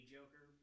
Joker